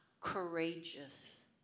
courageous